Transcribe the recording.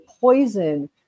poison